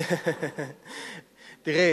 תראה,